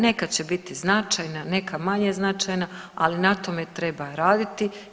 Neka će biti značajna, neka manje značajna ali na tome treba raditi.